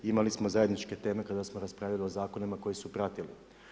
Imali smo zajedničke teme kada smo raspravljali o zakonima koji su pratili.